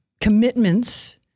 commitments—